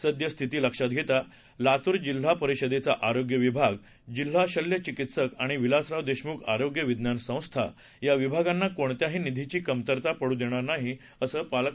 सद्य स्थिती लक्षात घेता लातूर जिल्हा परिषदेचा आरोग्य विभाग जिल्हा शल्यचिकित्सक आणि विलासराव देशमुख आरोग्य विज्ञान संस्था या विभागांना कोणत्याही निधीची कमतरता पडू देणार नाही असं पालकमंत्री देशमुख यांनी यावेळी सांगितलं